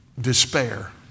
despair